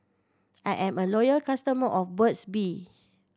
I am a loyal customer of Burt's Bee